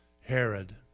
Herod